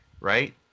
right